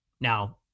Now